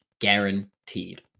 guaranteed